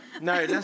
No